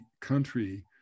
country